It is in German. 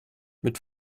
mit